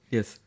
Yes